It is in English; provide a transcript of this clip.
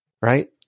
right